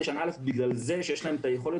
--- שנה א', בגלל זה שיש להם את היכולת